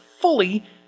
fully